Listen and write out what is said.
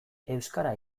euskara